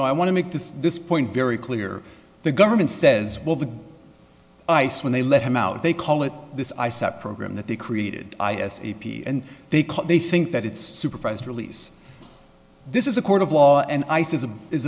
d i want to make this this point very clear the government says well the ice when they let him out they call it this i sat program that they created and they called they think that it's a supervised release this is a court of law and i says i